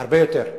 הרבה יותר.